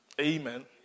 Amen